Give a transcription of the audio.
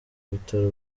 bitaro